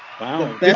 Wow